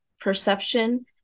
perception